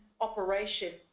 operation